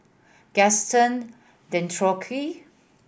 Gaston Dutronquoy